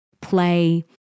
play